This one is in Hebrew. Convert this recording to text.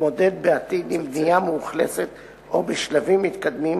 להתמודד בעתיד עם בנייה מאוכלסת או בשלבים מתקדמים,